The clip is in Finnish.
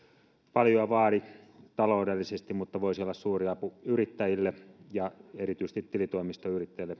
paljoa vaadi taloudellisesti mutta voisi olla suuri apu yrittäjille erityisesti tilitoimistoyrittäjille